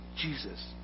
Jesus